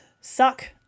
suck